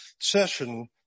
session